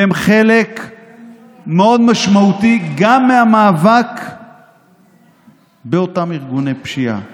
והם חלק מאוד משמעותי מהמאבק באותם ארגוני פשיעה,